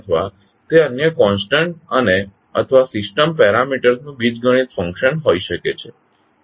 અથવા તે અન્ય કોન્સટન્ટ્સ અને અથવા સિસ્ટમ પેરામીટર્સ નું બીજગાણિતિક ફંકશન હોઈ શકે છે